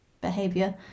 behavior